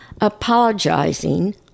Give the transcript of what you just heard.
apologizing